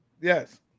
Yes